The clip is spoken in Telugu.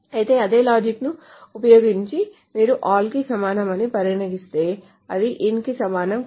అయితే అదే లాజిక్ ను ఉపయోగించి మీరు all కీ సమానమని పరిగణిస్తే అది in కి సమానం కాదు